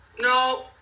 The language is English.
No